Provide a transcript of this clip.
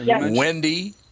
Wendy